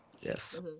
Yes